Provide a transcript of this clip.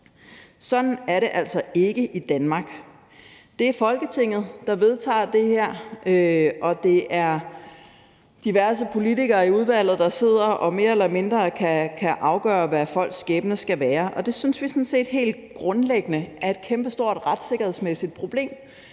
Sådan er det altså ikke i Danmark. Det er Folketinget, der vedtager det her, og det er diverse politikere i udvalget, der sidder og mere eller mindre kan afgøre, hvad folks skæbne skal være, og det synes vi sådan set helt grundlæggende er et kæmpestort retssikkerhedsmæssigt problem,